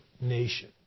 nation